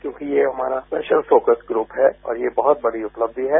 क्योंकि ये हमारा स्पेशल फोकस ग्रुप है और ये बहुत बड़ी उपलब्धि है